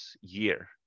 year